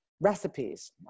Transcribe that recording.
recipes